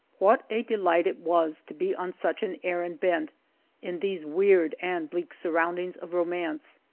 what a delight it was to be on such an errand bent in these weird and bleak sur roundings of romance,